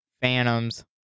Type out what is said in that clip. phantoms